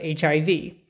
HIV